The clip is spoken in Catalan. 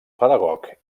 pedagog